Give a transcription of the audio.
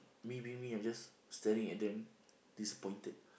me being me I'm just staring at them disappointed